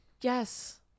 Yes